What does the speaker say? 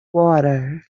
water